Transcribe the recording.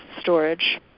storage